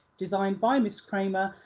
designed by ms kramer,